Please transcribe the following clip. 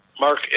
Mark